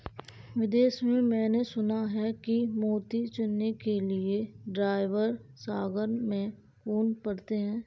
विदेश में मैंने सुना है कि मोती चुनने के लिए ड्राइवर सागर में कूद पड़ते हैं